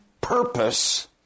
purpose